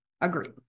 Agreed